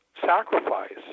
sacrifice